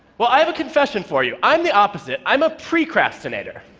well, i have a confession for you. i'm the opposite. i'm a precrastinator.